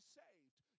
saved